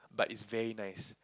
but is very nice